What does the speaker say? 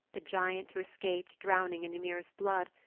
the giant who escaped drowning in ymir's blood,